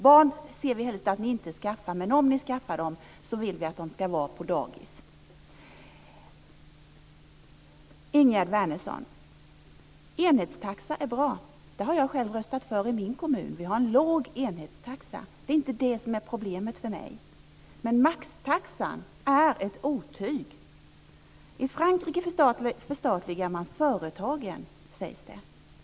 Vi ser helst att ni inte skaffar barn, men om ni skaffar dem vill vi att de ska vara på dagis. Ingegerd Wärnersson! Enhetstaxa är bra. Det har jag själv röstat för i min kommun. Vi har en låg enhetstaxa. Det är inte det som är problemet för mig. Men maxtaxan är ett otyg. I Frankrike förstatligar man företagen, sägs det.